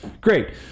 great